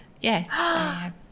Yes